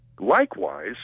Likewise